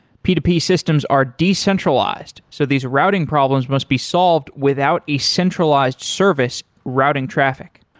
p to p systems are decentralized, so these routing problems must be solved without a centralized service routing traffic.